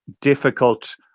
difficult